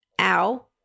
Ow